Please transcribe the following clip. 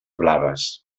blaves